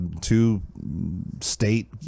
two-state